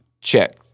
check